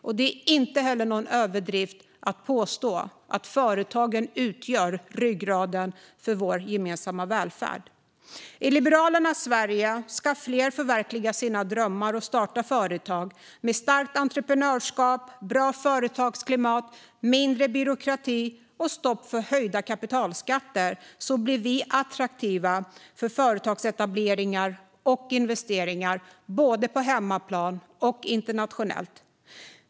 Det är inte heller någon överdrift att påstå att företagen utgör ryggraden för vår gemensamma välfärd. I Liberalernas Sverige ska fler förverkliga sina drömmar och starta företag. Med starkt entreprenörskap, bra företagsklimat, mindre byråkrati och stopp för höjda kapitalskatter blir vi attraktiva för företagsetableringar och investeringar både på hemmaplan och internationellt.